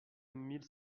mille